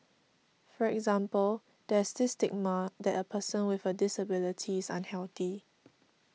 for example there's this stigma that a person with a disability is unhealthy